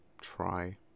try